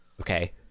okay